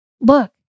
look